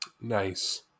Nice